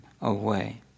away